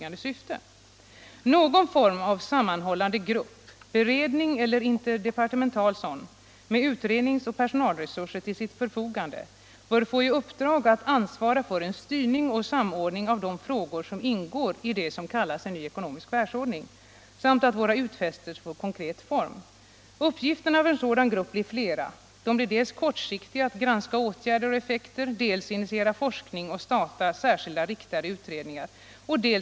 Någon form av sammanhållande grupp — beredning eller interdepartemental sådan — med utrednings och personalresurser till sitt förfogande bör få i uppdrag att ansvara för en styrning och samordning av de frågor som ingår i det som kallas en ny ekonomisk världsordning samt för att våra utfästelser får konkret form. Uppgifterna för en sådan grupp blir flera. De blir dels kortsiktiga: att granska åtgärder och deras effekter, dels mer långsiktiga: att initiera forskning, starta särskilda riktade ut redningar och initiera förslag till åtgärder.